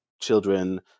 children